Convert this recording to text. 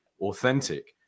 authentic